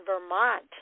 Vermont